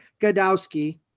Gadowski